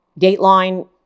dateline